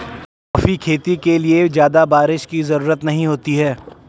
coffee खेती के लिए ज्यादा बाऱिश की जरूरत नहीं होती है